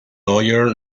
lawyer